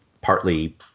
partly